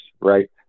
right